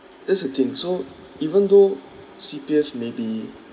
that's the thing so even though C_P_F may be